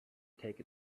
take